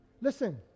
Listen